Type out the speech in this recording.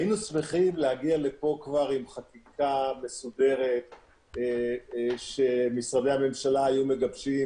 היינו שמחים להגיע לפה עם חקיקה מסודרת שמשרדי הממשלה היו מגבשים,